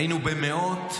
היינו במאות,